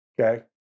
okay